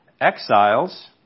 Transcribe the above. exiles